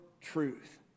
truth